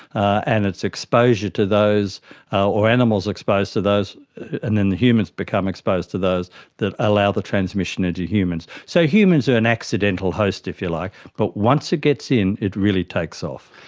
and it's exposure to those or animals exposed to those and then humans become exposed to those that allow the transmission into humans. so humans are an accidental host, if you like, but once it gets in, it really takes off.